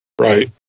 Right